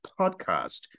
podcast